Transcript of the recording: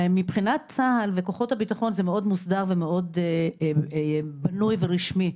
מבחינת צה"ל וכוחות הביטחון זה מאוד מוסדר ובנוי ורשמי,